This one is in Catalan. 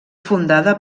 fundada